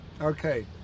Okay